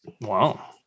Wow